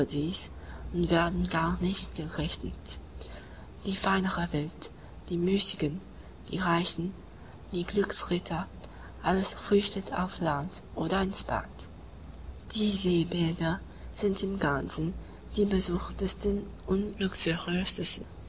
und werden gar nicht gerechnet die feinere welt die müßigen die reichen die glücksritter alles flüchtet aufs land oder ins bad die seebäder sind im ganzen die besuchtesten